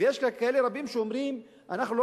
ויש כאן רבים כאלה שאומרים: אנחנו לא